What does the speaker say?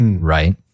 Right